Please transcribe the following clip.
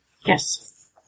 Yes